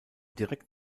direkt